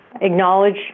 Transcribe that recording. acknowledge